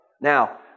Now